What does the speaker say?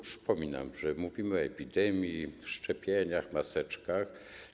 Przypominam tylko, że mówimy o epidemii, szczepieniach, maseczkach.